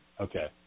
Okay